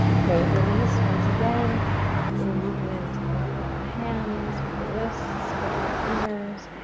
great, release. once again, a little movement in the hands with the wrists. spreading the fingers.